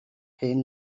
hen